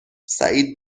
سعید